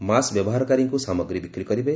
mask ବ୍ୟବହାରକାରୀଙ୍କୁ ସାମଗ୍ରୀ ବିକ୍ରୀ କରିବେ